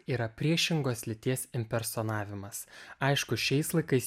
yra priešingos lyties impersonavimas aišku šiais laikais